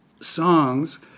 songs